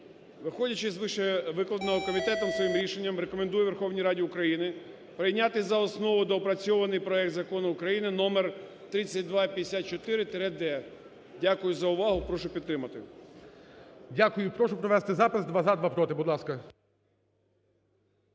Виходячи з вищевикладеного, комітет своїм рішенням рекомендує Верховній Раді України прийняти за основу доопрацьований проект Закону України №3254-д. Дякую за увагу, прошу підтримати. ГОЛОВУЮЧИЙ. Дякую. Прошу провести запис: два – за, два – проти. Будь ласка.